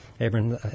Abraham